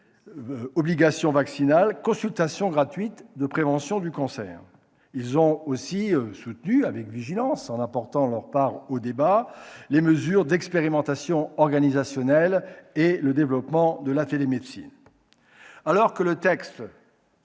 obligation vaccinale, consultation gratuite de prévention du cancer. Ils ont aussi soutenu avec vigilance, en apportant leur part au débat, les mesures d'expérimentations organisationnelles et le développement de la télémédecine. Le texte